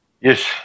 Yes